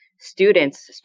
students